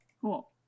Cool